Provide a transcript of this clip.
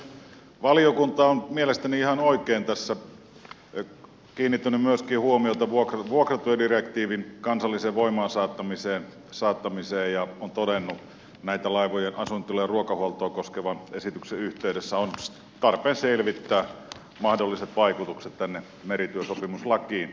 valiokunta on mielestäni ihan oikein tässä kiinnittänyt myöskin huomiota vuokratyödirektiivin kansalliseen voimaan saattamiseen ja on todennut että näitten laivojen asuintila ja ruokahuoltoa koskevan esityksen yhteydessä on tarpeen selvittää mahdolliset vaikutukset merityösopimuslakiin